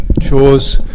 chores